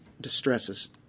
distresses